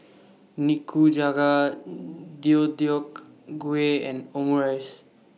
Nikujaga Deodeok Gui and Omurice